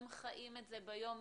הם חיים את זה ביום-יום,